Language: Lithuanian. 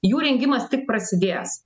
jų rengimas tik prasidės